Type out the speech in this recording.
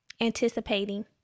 anticipating